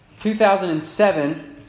2007